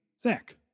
Zach